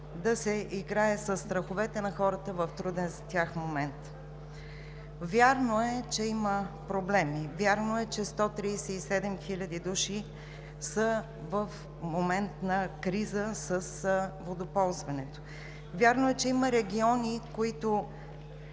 да се играе със страховете на хората в труден за тях момент. Вярно е, че има проблеми. Вярно е, че 137 хил. души са в момент на криза с водоползването. Вярно е, че има региони, в които